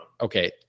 Okay